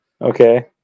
Okay